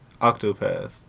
Octopath